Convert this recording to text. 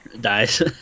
dies